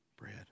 bread